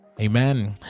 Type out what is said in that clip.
amen